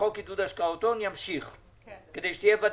שחוק עידוד השקעות הון ימשיך כדי שתהיה ודאות.